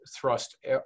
thrust